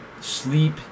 sleep